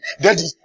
Daddy